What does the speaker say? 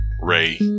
Ray